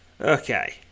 Okay